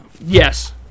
Yes